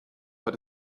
but